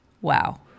wow